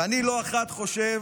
ואני לא אחת חושב